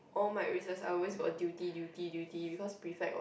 all my recess I always got duty duty duty because prefect what